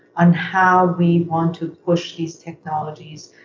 on how we want to push these technologies,